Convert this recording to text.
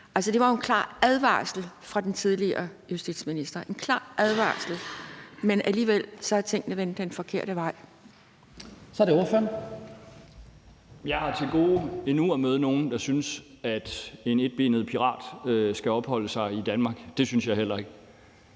Det var jo en klar advarsel fra den tidligere justitsminister, men alligevel er tingene gået den forkerte vej.